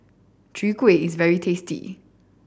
Chwee Kueh is very tasty